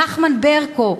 נחמן ברקו,